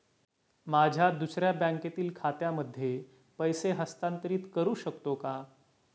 माझ्या दुसऱ्या बँकेतील खात्यामध्ये पैसे हस्तांतरित करू शकतो का?